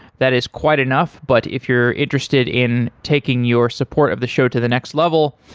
that is quite enough, but if you're interested in taking your support of the show to the next level,